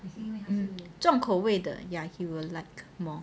mm mm 重口味的 ya he will like more